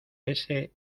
ese